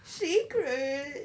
secret